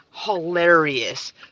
hilarious